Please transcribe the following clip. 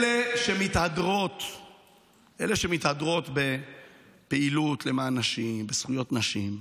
אלה שמתהדרות בפעילות למען נשים, זכויות נשים,